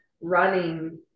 running